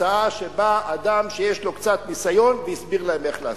הצעה שבה אדם שיש לו קצת ניסיון הסביר להם איך לעשות.